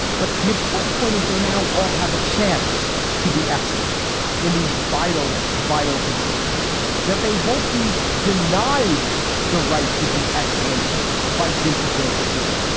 but the important point is they now all have a chance to be excellent in these vital, vital positions that they won't be denied the right to be excellent by dint of their skin.